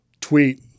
tweet